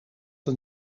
een